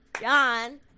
John